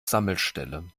sammelstelle